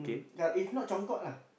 um kal~ if not congkak lah